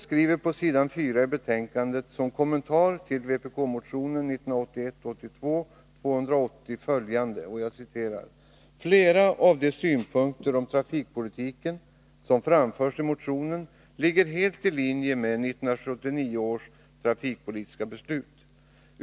Såsom en kommentar till vpk-motionen 1981/82:280 skriver utskottet på s. 4 i betänkandet följande: ”Flera av de synpunkter om trafikpolitiken som framförs i motionen ligger helt i linje med 1979 års trafikpolitiska beslut.